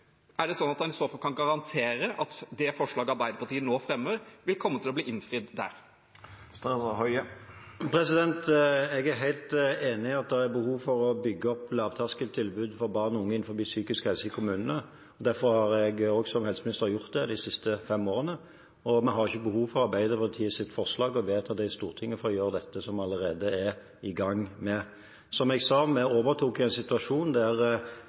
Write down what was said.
han i så fall garantere at det forslaget Arbeiderpartiet og Sosialistisk Venstreparti nå fremmer, vil komme til å bli innfridd der? Jeg er helt enig i at det er behov for å bygge opp lavterskeltilbud for barn og unge innenfor psykisk helse i kommunene. Derfor har jeg som helseminister gjort det de siste fem årene, og vi har ikke behov for Arbeiderpartiet og Sosialistisk Venstrepartis forslag og å vedta det i Stortinget for å gjøre det som vi allerede er i gang med. Som jeg sa, vi overtok i en situasjon der